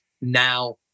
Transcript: now